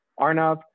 Arnav